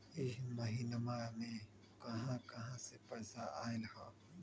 इह महिनमा मे कहा कहा से पैसा आईल ह?